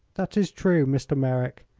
that is true, mr. merrick.